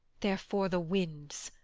therefore the winds,